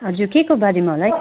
हजुर के कोबारेमा होला है